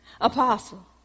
Apostle